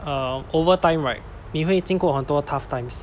um over time right 你会经过很多 tough times